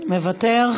מוותר,